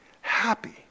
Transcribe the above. happy